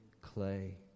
clay